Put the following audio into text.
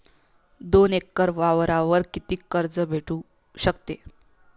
दोन एकर वावरावर कितीक कर्ज भेटू शकते?